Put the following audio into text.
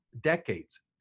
decades